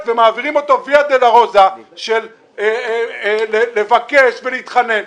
ומעבירים אותה דרך ייסורים כשהוא צריך לבקש ולהתחנן.